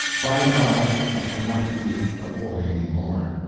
by-and-by i shall not be a boy any more.